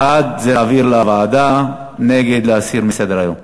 בעד זה להעביר לוועדה, נגד זה להסיר מסדר-היום.